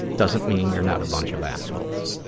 doesn't mean you're not a bunch of assholes.